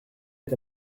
est